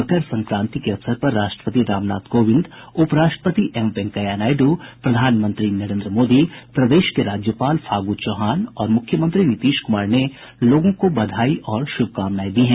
मकर संक्रांति के अवसर पर राष्ट्रपति रामनाथ कोविंद उप राष्ट्रपति एम वेंकैया नायडू प्रधानमंत्री नरेन्द्र मोदी प्रदेश के राज्यपाल फागू चौहान और मुख्यमंत्री नीतीश कुमार ने लोगों को बधाई और शुभकामनाएं दी हैं